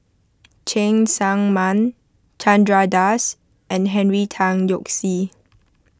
Cheng Tsang Man Chandra Das and Henry Tan Yoke See